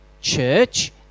church